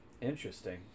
Interesting